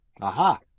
aha